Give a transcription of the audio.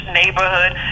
neighborhood